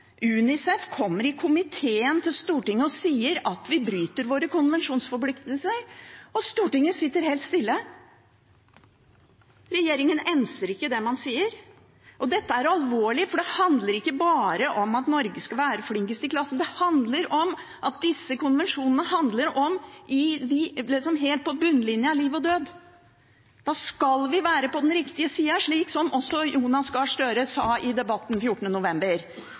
UNICEF kommer i komiteen til Stortinget og sier at vi bryter våre konvensjonsforpliktelser, og Stortinget sitter helt stille. Regjeringen enser ikke det man sier. Dette er alvorlig, for det handler ikke bare om at Norge skal være flinkest i klassen; det handler om at disse konvensjonene dreier seg om det som er helt på bunnlinja – liv og død. Da skal vi være på den riktige sida, slik også Jonas Gahr Støre sa i debatten den 14. november.